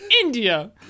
India